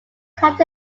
cat